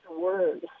Word